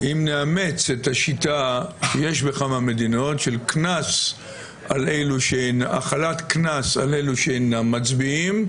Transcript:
אם נאמץ את השיטה שיש בכמה מדינות של החלת קנס על אלו שאינם מצביעים,